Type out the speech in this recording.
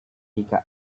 jika